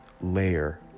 layer